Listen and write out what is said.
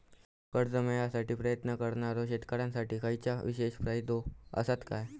कर्जा मेळाकसाठी प्रयत्न करणारो शेतकऱ्यांसाठी खयच्या विशेष फायदो असात काय?